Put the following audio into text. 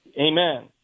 amen